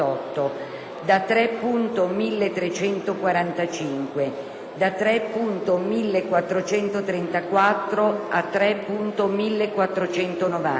3.1345, da 3.1434 a 3.1490,